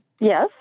Yes